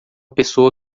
pessoa